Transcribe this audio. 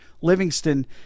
Livingston